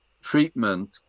treatment